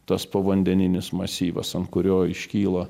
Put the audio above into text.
tas povandeninis masyvas ant kurio iškyla